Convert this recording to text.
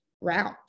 route